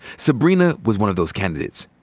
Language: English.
sybrina was one of those candidates.